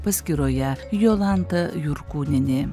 paskyroje jolanta jurkūnienė